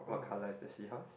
what color is the seahorse